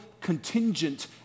contingent